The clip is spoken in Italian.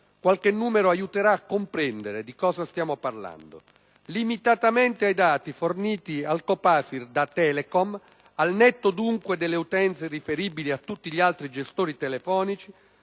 Qualche numero aiuterà a comprendere di cosa stiamo parlando: limitatamente ai dati forniti al COPASIR da Telecom, al netto dunque delle utenze riferibili a tutti gli altri gestori telefonici,